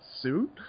suit